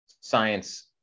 science